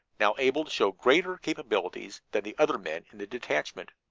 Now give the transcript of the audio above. now able to show greater capabilities than the other men in the detachment.